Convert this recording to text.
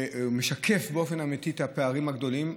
והוא משקף באופן אמיתי את הפערים הגדולים.